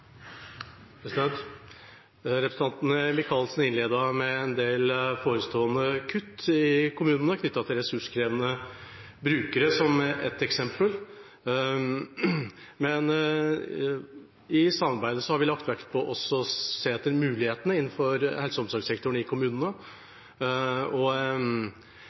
oppfølgingsspørsmål. Representanten Micaelsen innledet med en del forestående kutt i kommunene, knyttet til ressurskrevende brukere som et eksempel. Men i samarbeidet har vi lagt vekt på å se etter mulighetene innenfor helse- og omsorgssektoren i kommunene.